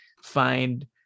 find